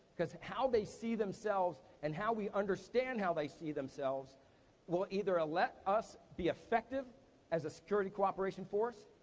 cause how they see themselves, and how we understand how they see themselves will either ah let us be effective as a security cooperation force,